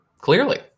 Clearly